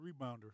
rebounder